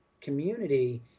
community